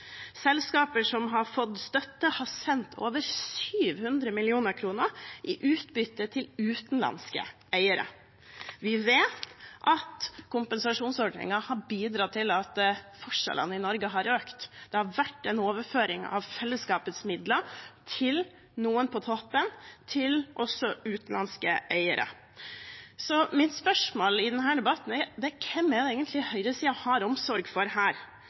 Selskaper som har fått støtte, har sendt over 700 mill. kr i utbytte til utenlandske eiere. Vi vet at kompensasjonsordningene har bidratt til at forskjellene i Norge har økt. Det har vært en overføring av fellesskapets midler til noen på toppen, også til utenlandske eiere. Mitt spørsmål i denne debatten er: Hvem er det egentlig høyresiden har omsorg for?